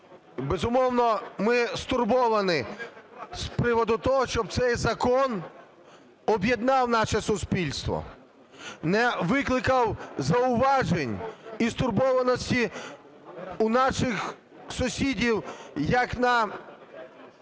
Безумовно, ми стурбовані з приводу того, щоб цей закон об'єднав наше суспільство, не викликав зауважень і стурбованості у наших сусідів як на